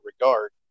regard